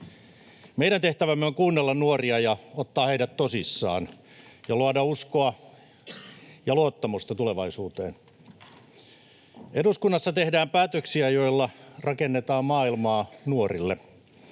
Meidän tehtävämme on kuunnella nuoria ja ottaa heidät tosissaan ja luoda uskoa ja luottamusta tulevaisuuteen. Eduskunnassa tehdään päätöksiä, joilla rakennetaan maailmaa nuorille.